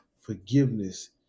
forgiveness